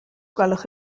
gwelwch